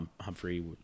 Humphrey